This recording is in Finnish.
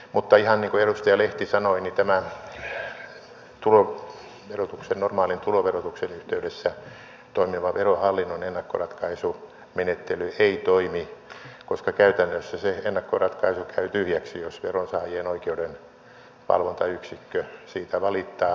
mutta ihan niin kuin edustaja lehti sanoi normaalin tuloverotuksen yhteydessä toimiva verohallinnon ennakkoratkaisumenettely ei toimi koska käytännössä se ennakkoratkaisu käy tyhjäksi jos veronsaajien oikeudenvalvontayksikkö siitä valittaa